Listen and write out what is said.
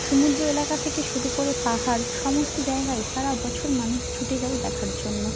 সমুদ্র এলাকা থেকে শুরু করে পাহাড় সমস্ত জায়গায় সারা বছর মানুষ ছুটে যায় দেখার জন্য